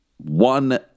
One